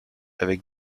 avec